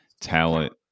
talent